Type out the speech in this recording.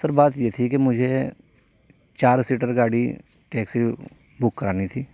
سر بات یہ تھی کہ مجھے چار سیٹر گاڑی ٹیکسی بک کرانی تھی